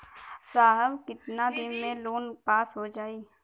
साहब कितना दिन में लोन पास हो जाई?